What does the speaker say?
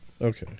Okay